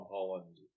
Holland